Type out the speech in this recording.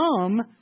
come